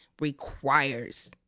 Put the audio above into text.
requires